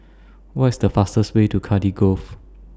What IS The fastest Way to Cardiff Grove